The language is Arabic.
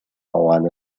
طوال